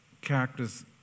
characters